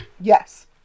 Yes